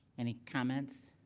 any comments?